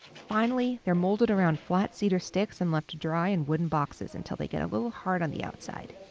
finally, they're molded around flat cedar sticks and left to dry in wooden boxes until they get a little hard on the outside.